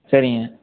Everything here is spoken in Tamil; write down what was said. சரிங்க